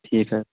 ٹھیٖک حظ